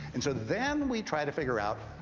and so then we try to figure out,